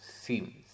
seems